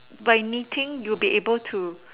by knitting you will be able to